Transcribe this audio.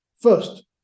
first